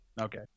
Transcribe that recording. Okay